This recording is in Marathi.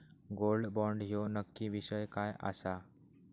गोल्ड बॉण्ड ह्यो नक्की विषय काय आसा?